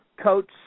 coach